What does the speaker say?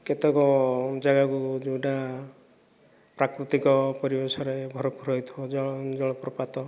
କେତେକ ଜାଗାକୁ ଯେଉଁଟା ପ୍ରାକୃତିକ ପରିବେଶରେ ଭରପୁର ହୋଇଥିବ ଜଳ ଜଳ ପ୍ରପାତ